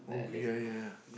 oh ya ya